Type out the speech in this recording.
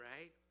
right